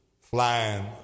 flying